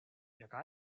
jaká